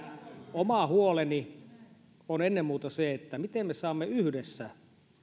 oma huoleni on ennen muuta se miten me saamme yhdessä